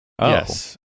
yes